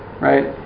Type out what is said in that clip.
right